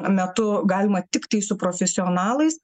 metu galima tiktai su profesionalais